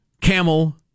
camel